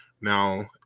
Now